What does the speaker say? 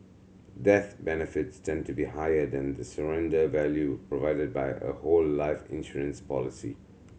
death benefits tend to be higher than the surrender value provided by a whole life insurance policy